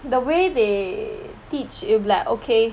the way they teach it will be like okay